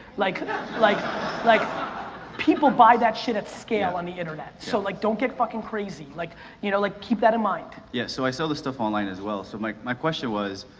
like like like people buy that shit at scale on the internet, so like don't get fucking crazy, like you know like keep that in mind. yeah, so i sell this stuff online as well, so my my question was,